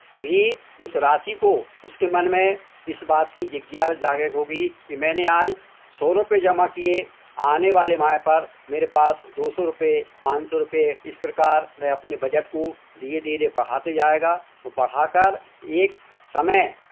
भी उस राशि को उसके मन में इस बात की जिज्ञासा जागृत होगी कि मैंने आज सौ रुपये जमा किए आने वाले माह पर मेरे पास दो सौ रुपये पान सौ रुपये इस प्रकार वह अपनी बजट को धीरे धीरे बढ़ाते जाएगा बढ़ा कर एक समय